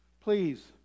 Please